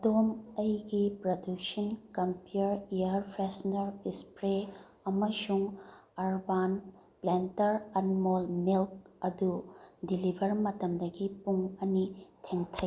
ꯑꯗꯣꯝ ꯑꯩꯒꯤ ꯄ꯭ꯔꯗꯛꯁꯤꯡ ꯀꯝꯄꯤꯌꯔ ꯏꯌꯥꯔ ꯐ꯭ꯔꯦꯁꯅꯔ ꯏꯁꯄ꯭ꯔꯦ ꯑꯃꯁꯨꯡ ꯑꯔꯕꯥꯟ ꯄ꯭ꯂꯦꯟꯇꯔ ꯑꯟꯃꯣꯜ ꯃꯤꯜꯀ ꯑꯗꯨ ꯗꯤꯂꯤꯕꯔ ꯃꯇꯝꯗꯒꯤ ꯄꯨꯡ ꯑꯅꯤ ꯊꯦꯡꯊꯩ